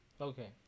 Okay